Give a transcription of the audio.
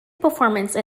performance